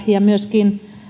ja myöskin